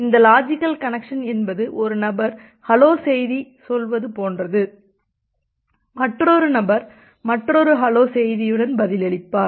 இந்த logical connection என்பது ஒரு நபர் ஹலோ சொல்வது போன்றது மற்றொரு நபர் மற்றொரு ஹலோ செய்தியுடன் பதிலளிப்பார்